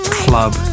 club